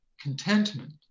contentment